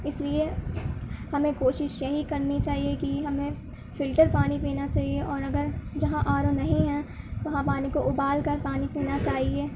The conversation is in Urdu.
اس لیے ہمیں کوشش یہی کرنی چاہیے کہ ہمیں فلٹر پانی پینا چاہیے اور اگر جہاں آر او نہیں ہیں وہاں پانی کو اُبال کر پانی پینا چاہیے